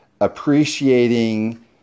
appreciating